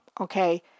okay